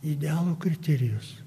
idealo kriterijus